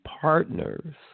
partners